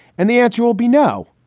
and the answer will be no,